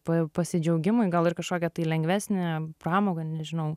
pa pasidžiaugimai gal ir kažkokia tai lengvesnė pramoga nežinau